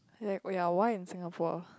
like oh yeah why in Singapore